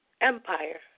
Empire